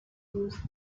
use